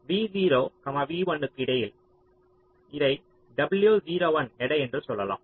v0 v1 க்கு இடையில் இதை W01 எடை என்று சொல்லலாம்